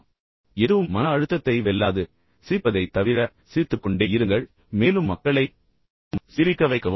ஒட்டுமொத்தமாக எதுவும் மன அழுத்தத்தை வெல்லாது சிரிப்பதைத் தவிர எனவே சிரித்துக்கொண்டே இருங்கள் மேலும் மக்களை சிரிக்க வைக்கவும்